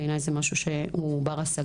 בעיניי, זה משהו שהוא בר-השגה.